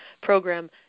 program